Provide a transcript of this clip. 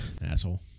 Asshole